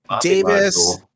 Davis